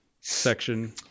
section